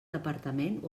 departament